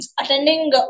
attending